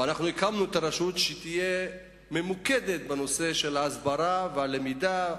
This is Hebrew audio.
ואנחנו הקמנו את הרשות כדי שתהיה ממוקדת בנושא ההסברה והלמידה,